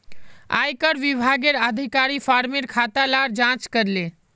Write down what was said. आयेकर विभागेर अधिकारी फार्मर खाता लार जांच करले